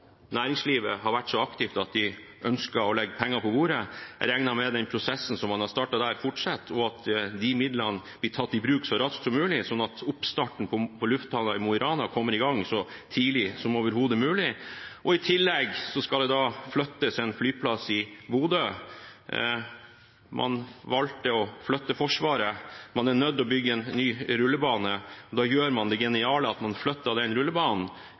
næringslivet har vært så aktive at de ønsker å legge penger på bordet. Jeg regner med at prosessen man har startet der, fortsetter, og at de midlene blir tatt i bruk så raskt som mulig, slik at oppstarten på lufthavnen i Mo i Rana kommer i gang så tidlig som overhodet mulig. I tillegg skal en flyplass i Bodø flyttes. Man valgte å flytte Forsvaret. Man er nødt til å bygge en ny rullebane, og da gjør man det geniale at man flytter rullebanen